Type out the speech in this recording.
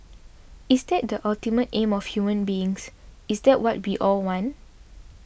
is that the ultimate aim of human beings is that what be all want